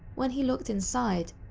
when he looked inside,